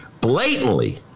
blatantly